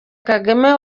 kagame